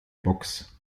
box